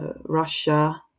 Russia